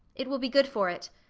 it will be good for it.